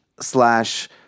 slash